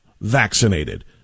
vaccinated